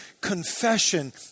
confession